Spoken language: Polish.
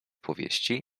powieści